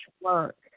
work